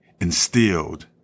instilled